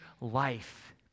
life